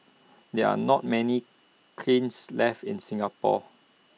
there are not many kilns left in Singapore